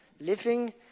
living